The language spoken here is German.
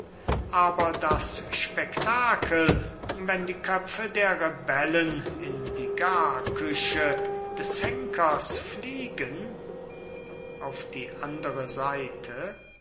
aber das spektakel wenn die köpfe der rebellen in die garküche des henkers fliegen auf die andere seite